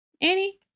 Annie